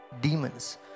demons